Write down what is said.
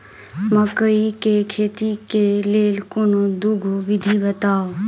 मकई केँ खेती केँ लेल कोनो दुगो विधि बताऊ?